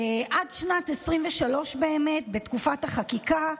עד שנת 2023, בתקופת החקיקה,